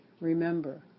Remember